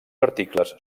articles